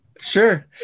sure